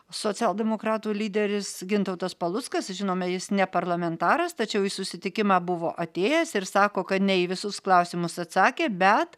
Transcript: socialdemokratų lyderis gintautas paluckas žinome jis ne parlamentaras tačiau į susitikimą buvo atėjęs ir sako kad ne į visus klausimus atsakė bet